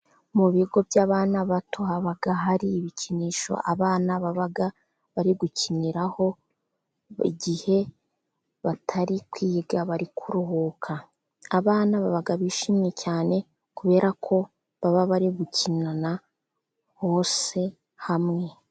Mu bigo by'abana bato haba hari ibikinisho abana baba bari gukiniraho igihe batari kwiga bari kuruhuka, abana baba bishimye cyane kubera ko baba bari gukinana bose hamwe.